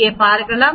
இங்கே பார்க்கலாம்